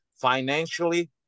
financially